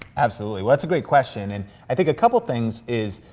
absolutely, well, that's a great question, and i think a couple things is,